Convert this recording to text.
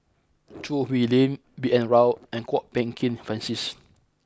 Choo Hwee Lim B N Rao and Kwok Peng Kin Francis